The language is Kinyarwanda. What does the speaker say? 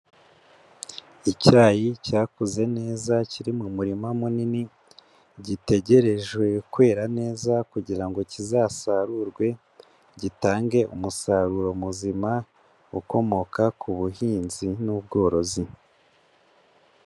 Icyayi cyakuze neza kiri mu murima munini gitegerejwe kwera neza kugira ngo kizasarurwe gitange umusaruro muzima ukomoka ku buhinzi n'ubworozi.